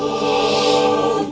or